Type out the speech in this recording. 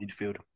Midfield